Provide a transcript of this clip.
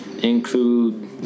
include